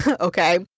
okay